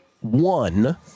one